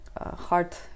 heart